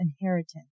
inheritance